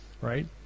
right